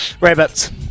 Rabbits